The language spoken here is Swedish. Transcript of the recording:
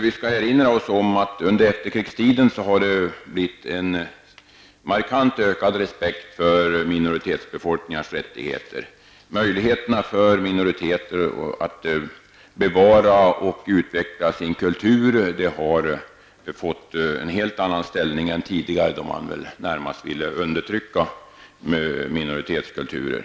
Vi skall erinra oss om att respekten för minoritetsbefolkningars rättigheter under efterkrigstiden har ökat markant. Minoriteter har nu i jämförelse med tidigare helt andra möjligheter att bevara och utveckla sin kultur. Tidigare ville man närmast undertrycka minoritetskulturer.